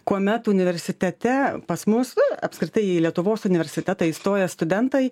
kuomet universitete pas mus apskritai į lietuvos universitetą įstoję studentai